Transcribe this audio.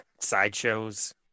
sideshows